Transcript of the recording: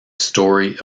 story